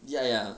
ya ya